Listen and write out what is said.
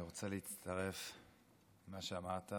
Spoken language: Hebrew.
אני רוצה להצטרף למה שאמרת,